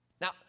Now